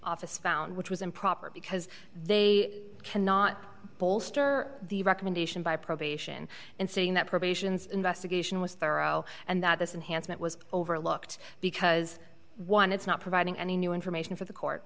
office found which was improper because they cannot bolster the recommendation by probation and saying that probations investigation was thorough and that this enhanced it was overlooked because one it's not providing any new information for the court